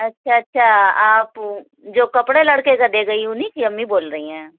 اچھا اچھا آپ جو کپڑے لڑکے کا دے گئی اُنہیں کی امّی بول رہی ہیں